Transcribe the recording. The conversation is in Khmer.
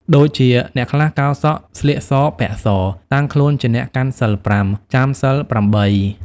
ដូចជាអ្នកខ្លះកោរសក់ ស្លៀកសពាក់ស តាំងខ្លួនជាអ្នកកាន់សីលប្រាំ ចាំសីលប្រាំបី ។